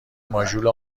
ماژول